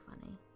funny